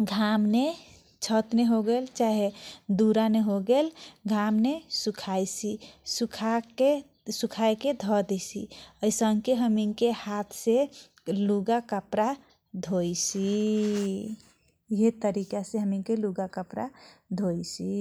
घामने छतने होगेल चाहे दुराने होगेल, घामने सुकाइछि सुखाके धदेइछि ऐसनके हमीनके हात से लुगा कपडा धोइछि । उहे तरीकासे हमीनके लुगा कपडा धोइछि ।